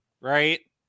right